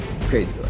crazy